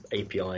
API